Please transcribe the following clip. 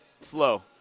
slow